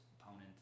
opponent